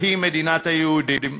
שהיא מדינת היהודים,